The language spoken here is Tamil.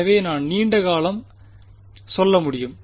எனவே நான் நீண்ட காலம் சொல்ல முடியும்